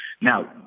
Now